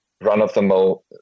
run-of-the-mill